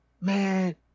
man